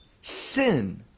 sin